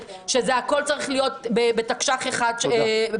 שזה הכול צריך להיות בתקש"ח אחד ביחד.